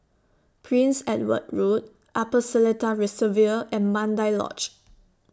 Prince Edward Road Upper Seletar Reservoir and Mandai Lodge